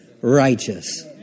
righteous